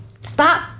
Stop